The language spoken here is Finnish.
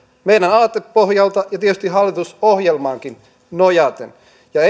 meidän aatepohjaltamme ja tietysti hallitusohjelmaankin nojaten ja